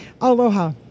Aloha